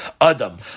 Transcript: Adam